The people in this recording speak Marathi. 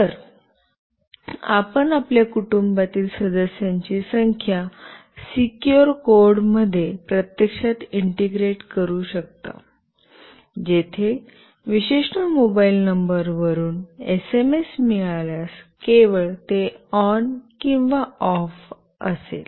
तर आपण आपल्या कुटुंबातील सदस्यांची संख्या सिक्युर कोड मध्ये प्रत्यक्षात इंटेग्रेट करू शकता जेथे विशिष्ट मोबाइल नंबर वरून एसएमएस मिळाल्यास केवळ ते ऑन किंवा ऑफ असेल